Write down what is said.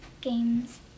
Games